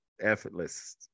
Effortless